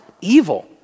evil